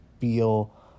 feel